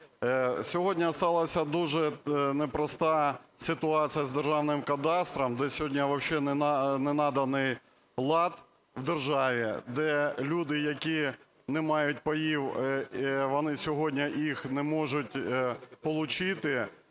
Сьогодні сталася дуже непроста ситуація з державним кадастром, де сьогодні вообще не наведений лад в державі, де люди, які не мають паїв, вони сьогодні їх не можуть получити